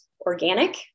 organic